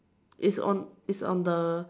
it's on it's on the